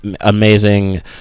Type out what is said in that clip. amazing